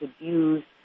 abused